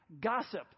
Gossip